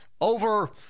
over